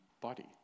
body